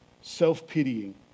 Self-pitying